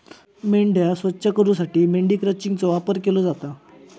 मेंढ्या स्वच्छ करूसाठी मेंढी क्रचिंगचो वापर केलो जाता